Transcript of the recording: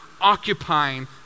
occupying